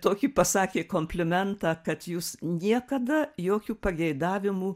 tokį pasakė komplimentą kad jūs niekada jokių pageidavimų